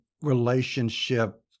relationship